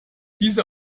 diese